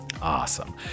awesome